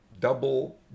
Double